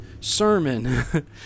sermon